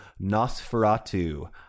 Nosferatu